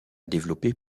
développé